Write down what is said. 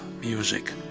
music